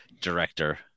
director